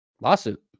lawsuit